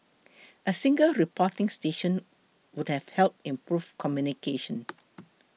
a single reporting station would have helped improve communication